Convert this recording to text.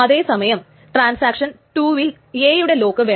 അതേ സമയം ട്രാൻസാക്ഷൻ ടുവിൽ A യുടെ ലോക്ക് വേണം